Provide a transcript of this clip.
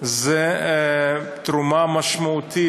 תרומה משמעותית.